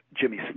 Jimmy